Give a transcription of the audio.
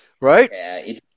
Right